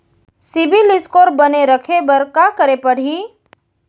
CIBIL score बने रखे बर का करे पड़ही?